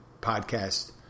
podcast